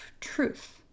truth